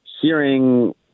hearing